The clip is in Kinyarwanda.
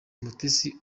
mutesi